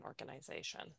organization